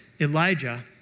Elijah